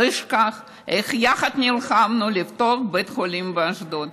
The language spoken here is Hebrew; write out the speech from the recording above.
לא אשכח איך יחד נלחמנו לפתוח בית חולים באשדוד.